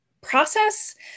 process